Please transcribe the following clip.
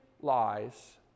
lies